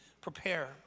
prepare